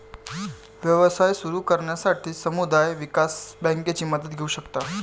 व्यवसाय सुरू करण्यासाठी समुदाय विकास बँकेची मदत घेऊ शकता